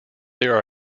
there